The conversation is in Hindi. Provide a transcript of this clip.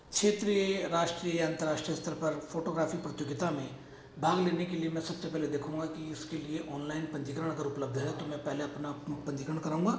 क्षेत्रीय राष्ट्रीय अन्तर्राष्ट्रीय स्तर पर फोटोग्राफी प्रतियोगिता में भाग लेने के लिए मैं सबसे पहले देखुंगा कि इसके लिए ऑनलाइन पंजीकरण अगर उपलब्ध है तो मैं पहले अपना पंजीकरण कराऊँगा